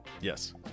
Yes